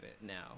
now